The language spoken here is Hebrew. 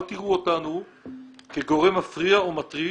אל תראו אותנו כגורם מפריע או מטריד,